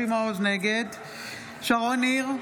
נגד שרון ניר,